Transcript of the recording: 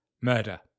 Murder